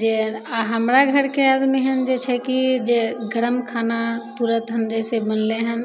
जे आओर हमरा घरके आदमी हँ जे छै कि जे गरम खाना तुरन्त हँ जइसे बनलै हँ